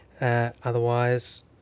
Otherwise